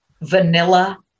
vanilla